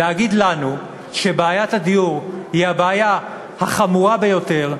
להגיד לנו שבעיית הדיור היא הבעיה החמורה ביותר,